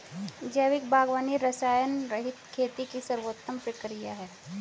जैविक बागवानी रसायनरहित खेती की सर्वोत्तम प्रक्रिया है